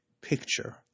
picture